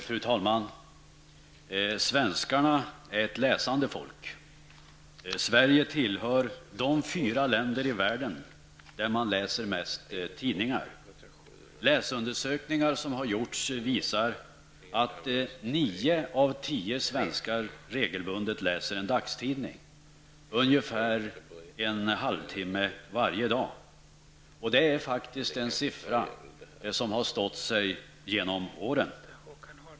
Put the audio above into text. Fru talman! Svenskarna är ett läsande folk. Sverige tillhör de fyra länder i världen där man läser mest tidningar. Läsundersökningar som gjorts visar att nio av tio svenskar regelbundet läser en dagstidning ungefär en halv timme varje dag. Det är faktiskt en siffra som stått sig genom åren.